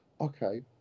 Okay